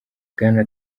bwana